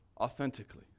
authentically